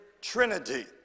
Trinity